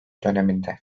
döneminde